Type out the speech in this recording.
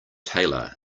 tailor